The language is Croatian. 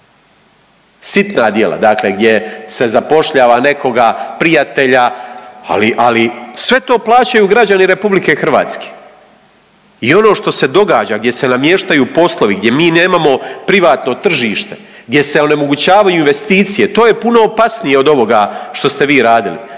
Sitna djela gdje se zapošljava nekoga prijatelja, ali, ali sve to plaćaju građani RH. I ono što se događa gdje se namještaju poslovi, gdje mi nemamo privatno tržište, gdje se onemogućavaju investicije to je puno opasnije od ovoga što ste vi radili.